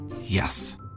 Yes